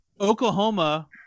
Oklahoma